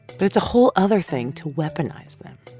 but it's a whole other thing to weaponize them.